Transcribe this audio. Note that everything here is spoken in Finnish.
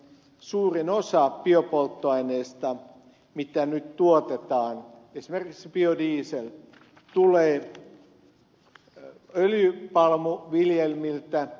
suurin osa biopolttoaineista mitä nyt tuotetaan esimerkiksi biodiesel tulee öljypalmuviljelmiltä